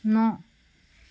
ন